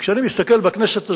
וכשאני מסתכל בכנסת הזאת,